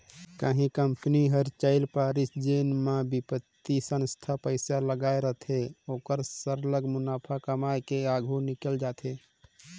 कहीं कंपनी हर चइल परिस जेन म बित्तीय संस्था पइसा लगाए रहथे ओहर सरलग मुनाफा कमाए के आघु निकेल जाथे